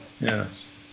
yes